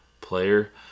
player